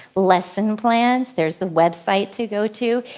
lesson plans. there's the website to go to.